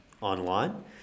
online